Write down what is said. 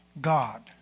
God